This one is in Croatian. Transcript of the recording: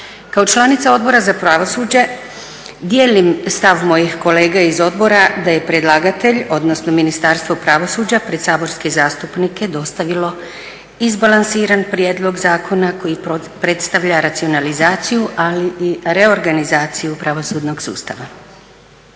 Kao članica Odbora za pravosuđe dijelim stav mojih kolega iz odbora da je predlagatelj odnosno Ministarstvo pravosuđa pred saborske zastupnike dostavilo izbalansiran prijedlog zakona koji predstavlja racionalizaciju ali i reorganizaciju pravosudnog sustava.